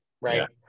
right